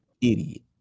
idiot